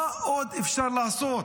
מה עוד אפשר לעשות?